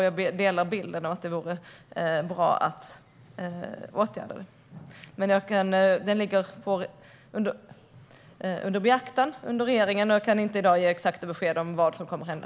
Jag delar bilden att det vore bra att åtgärda det. Frågan är under beaktande av regeringen. Jag kan inte i dag ge exakta besked om vad som kommer att hända.